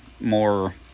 more